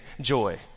joy